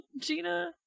Gina